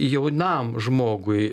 jaunam žmogui